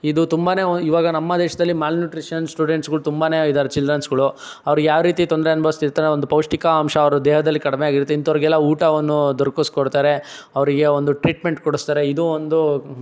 ಇದು ತುಂಬನೇ ಈವಾಗ ನಮ್ಮ ದೇಶದಲ್ಲಿ ಮಾಲ್ನ್ಯೂಟ್ರಿಷನ್ ಸ್ಟೂಡೆಂಟ್ಸ್ಗಳು ತುಂಬನೇ ಇದ್ದಾರೆ ಚಿಲ್ಡ್ರನ್ಸ್ಗಳು ಅವ್ರು ಯಾವ ರೀತಿ ತೊಂದರೆ ಅನುಭವಿಸ್ತಿರ್ತಾರೆ ಒಂದು ಪೌಷ್ಠಿಕಾಂಶ ಅವ್ರು ದೇಹದಲ್ಲಿ ಕಡಿಮೆ ಆಗಿರುತ್ತೆ ಇಂತವರಿಗೆಲ್ಲ ಊಟವನ್ನು ದೊರಕಿಸಿ ಕೊಡ್ತಾರೆ ಅವರಿಗೆ ಒಂದು ಟ್ರೀಟ್ಮೆಂಟ್ ಕೊಡಿಸ್ತಾರೆ ಇದು ಒಂದು